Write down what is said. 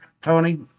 Tony